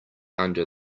under